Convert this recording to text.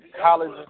College